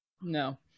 No